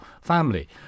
family